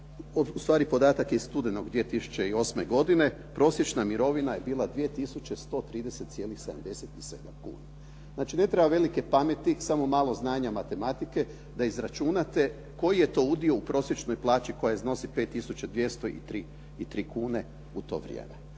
ustvari podatak je iz studenog 2008. godine, prosječna mirovina je bila 2130.77 kuna. Znači ne treba velike pameti samo malo znanja matematike da izračunate koji je to udio u prosječnoj plaći koja iznosi 5203 kune u to vrijeme.